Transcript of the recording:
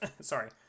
sorry